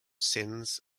sins